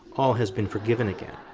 all has been forgiven again,